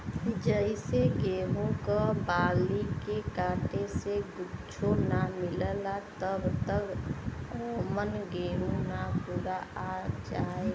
जइसे गेहूं क बाली के काटे से कुच्च्छो ना मिलला जब तक औमन गेंहू ना पूरा आ जाए